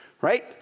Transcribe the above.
right